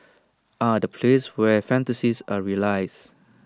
ah the place where fantasies are realised